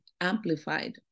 amplified